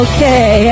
Okay